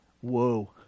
Whoa